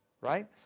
right